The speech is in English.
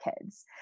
kids